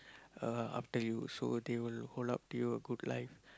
uh after you so they will hold up to you a good life